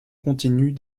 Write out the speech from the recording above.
continue